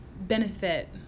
benefit